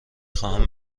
خواهم